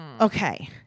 Okay